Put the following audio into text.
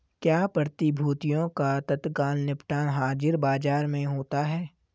क्या प्रतिभूतियों का तत्काल निपटान हाज़िर बाजार में होता है?